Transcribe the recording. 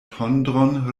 tondron